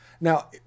Now